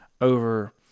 over